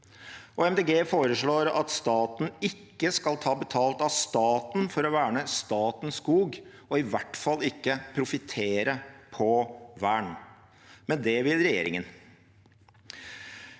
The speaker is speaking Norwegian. foreslår at staten ikke skal ta betalt av staten for å verne statens skog og i hvert fall ikke profittere på vern, men det vil regjeringen.